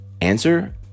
Answer